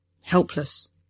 helpless